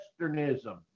Westernism